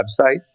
website